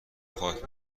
خاک